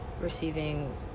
receiving